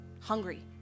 hungry